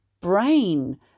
brain